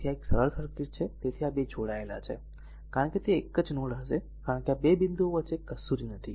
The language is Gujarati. તેથી આ એક સરળ સર્કિટ છે તેથી આ બે જોડાયેલા છે કારણ કે તે એક જ નોડ હશે કારણ કે આ 2 બિંદુઓ વચ્ચે કશું જ નથી